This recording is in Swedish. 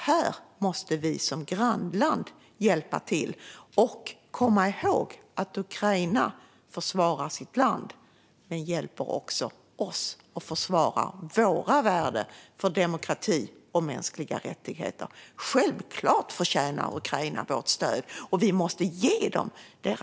Här måste vi som grannland hjälpa till och även komma ihåg att Ukraina försvarar sitt land, men de hjälper också oss att försvara våra värden, demokratin och de mänskliga rättigheterna. Självklart förtjänar Ukraina vårt stöd, och vi måste ge dem det.